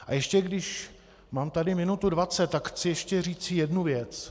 A ještě když mám tady minutu dvacet, tak chci ještě říci jednu věc.